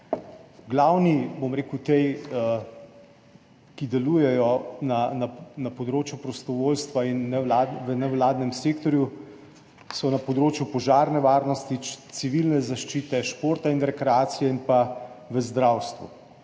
Glavni, ki delujejo na področju prostovoljstva in nevladnega sektorja, so na področju požarne varnosti, civilne zaščite, športa in rekreacije ter zdravstva.